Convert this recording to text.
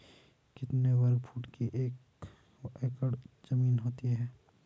कितने वर्ग फुट की एक एकड़ ज़मीन होती है?